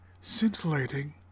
scintillating